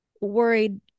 worried